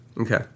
Okay